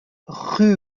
rue